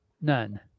None